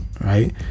right